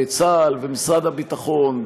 צה"ל ומשרד הביטחון,